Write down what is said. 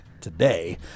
today